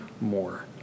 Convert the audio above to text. more